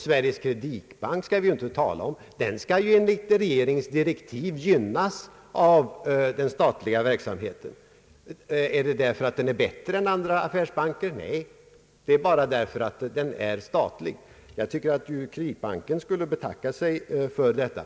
Sveriges Kreditbank skall vi inte tala om — den bör ju enligt regeringens direktiv gynnas av den statliga verksamheten, inte därför att den är bättre än andra affärsbanker utan bara därför att den är statlig. Jag tycker att kreditbanken borde betacka sig för detta.